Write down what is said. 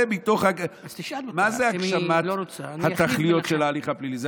מתוך" מה זה הגשמת התכליות של ההליך הפלילי?